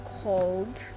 called